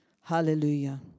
Hallelujah